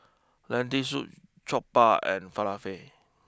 Lentil Soup Jokbal and Falafel